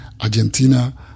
Argentina